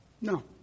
no